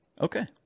Okay